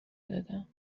دادم